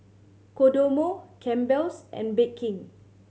Kodomo Campbell's and Bake King